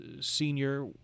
senior